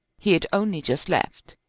he had only just left.